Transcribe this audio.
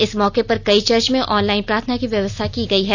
इस मौके पर कई चर्च में ऑनलाइन प्रार्थना की व्यवस्था की गई है